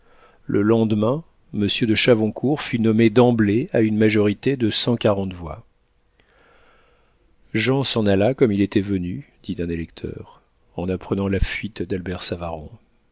le lendemain monsieur de chavoncourt fut nommé d'emblée à une majorité de cent quarante voix jean s'en alla comme il était venu dit un électeur en apprenant la fuite d'albert savaron cet